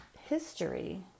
history